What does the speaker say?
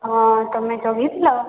ହଁ ତମେ ଜଗି ଥିଲ